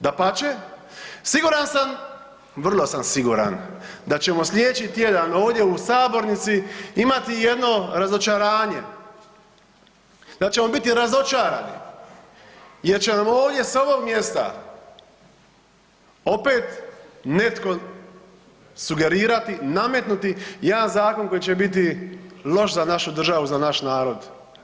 Dapače, siguran sam, vrlo sam siguran da ćemo slijedeći tjedan ovdje u sabornici imati jedno razočaranje, da ćemo biti razočarani jer će nam ovdje sa ovoga mjesta opet netko sugerirati, nametnuti jedan zakon koji će biti loš za našu državu, za naš narod.